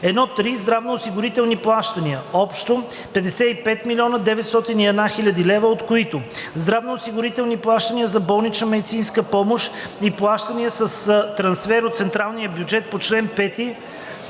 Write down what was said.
1.3. Здравноосигурителни плащания – общо 55 901,0 хил. лв., от които: - здравноосигурителни плащания за болнична медицинска помощ и плащания с трансфер от централния бюджет по чл. 5